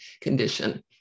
condition